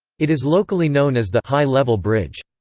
it is locally known as the high-level bridge.